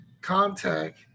contact